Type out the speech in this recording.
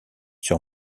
sur